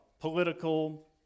political